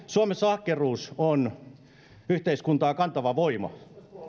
suomessa ahkeruus on yhteiskunnan kantava voima